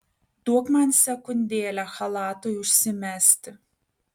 duok man sekundėlę chalatui užsimesti